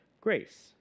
grace